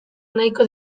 nahiko